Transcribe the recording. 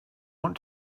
want